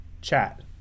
Chat